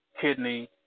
kidney